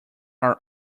are